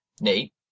nate